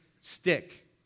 stick